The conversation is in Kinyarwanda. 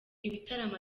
ibitaramo